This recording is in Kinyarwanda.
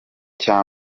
cya